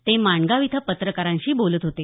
ते माणगाव इथं पत्रकारांशी बोलत होते